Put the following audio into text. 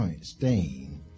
stain